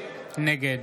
נגד